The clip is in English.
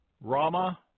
Rama